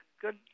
good